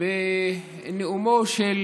בנאומו של